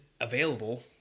available